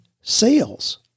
sales